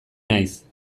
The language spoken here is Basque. naiz